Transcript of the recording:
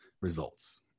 results